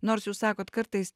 nors jūs sakot kartais